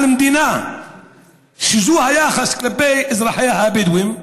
למדינה שזה היחס כלפי אזרחיה הבדואים.